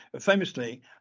Famously